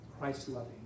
Christ-loving